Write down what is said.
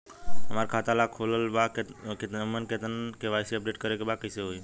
हमार खाता ता खुलल बा लेकिन ओमे के.वाइ.सी अपडेट करे के बा कइसे होई?